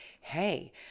hey